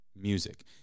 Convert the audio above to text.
music